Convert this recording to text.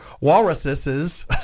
Walruses